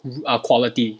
good err quality